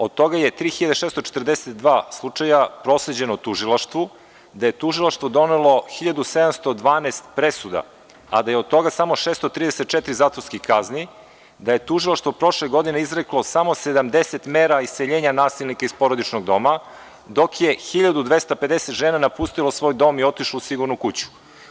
Od toga je 3.642 slučaja prosleđeno tužilaštvu, gde je tužilaštvo donelo 1.712 presuda, a da je od toga samo 634 zatvorskih kazni, da je tužilaštvo prošle godine izreklo samo 70 mera iseljenja nasilnika iz porodičnog doma, dok je 1.250 žena napustilo svoj dom i otišlo u „Sigurnu kuću“